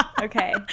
Okay